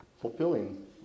Fulfilling